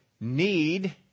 need